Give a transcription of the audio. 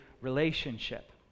relationship